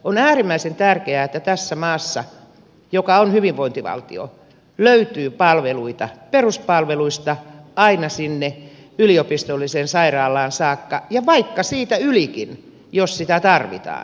on äärimmäisen tärkeää että tässä maassa joka on hyvinvointivaltio löytyy palveluita peruspalveluista aina sinne yliopistolliseen sairaalaan saakka ja vaikka siitä ylikin jos sitä tarvitaan